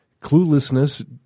cluelessness